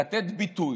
לתת ביטוי,